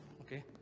okay